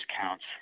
counts